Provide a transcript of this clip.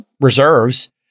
reserves